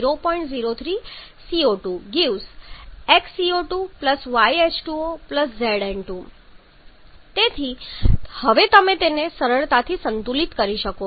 03 CO2 🡪 x CO2 y H2O z N2 તેથી તમે હવે તેમને સરળતાથી સંતુલિત કરી શકો છો